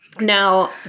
Now